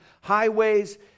highways